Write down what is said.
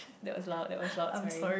that was loud that was loud sorry